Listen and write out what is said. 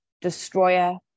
destroyer